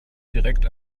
direkt